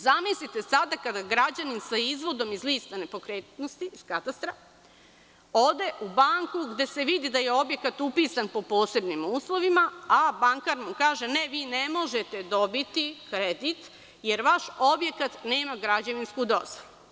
Zamislite sada kada građanin sa izvodom iz lista nepokretnosti, iz Katastra, ode u banku, gde se vidi da je objekat upisanpo posebnim uslovima, a bankar mu kaže- ne, vi ne možete dobiti kredit, jer vaš objekat nema građevinsku dozvolu.